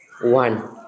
One